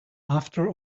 after